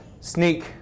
sneak